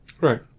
Right